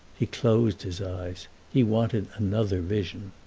he closed his eyes he wanted another vision.